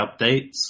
updates